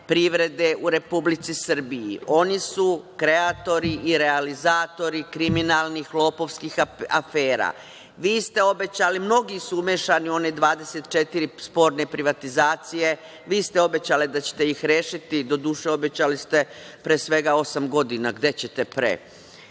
privrede u Republici Srbiji. Oni su kreatori i realizatori kriminalnih lopovskih afera. Vi ste obećali, mnogi su umešani u one 24 sporne privatizacije, vi ste obećali da ćete ih rešiti. Doduše, obećali ste, pre svega osam godina, gde ćete pre,